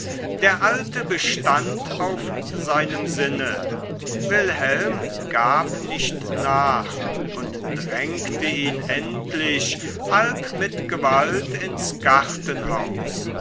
der alte bestand auf seinem sinne wilhelm gab nicht nach und drängte ihn endlich halb mit gewalt ins gartenhaus